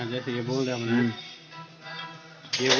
अपना cold store बनाने में कितनी लागत आ जाती है?